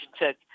took